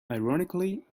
ironically